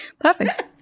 Perfect